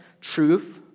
Truth